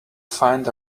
find